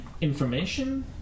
Information